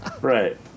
Right